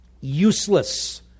useless